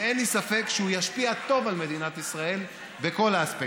ואין לי ספק שהוא ישפיע טוב על מדינת ישראל בכל האספקטים.